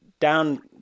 Down